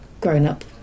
grown-up